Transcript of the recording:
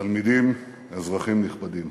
תלמידים, אזרחים נכבדים,